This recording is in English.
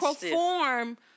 perform